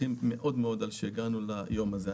שמחים מאוד שהגענו ליום הזה.